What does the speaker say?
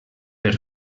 per